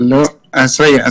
מה מונע ומתי?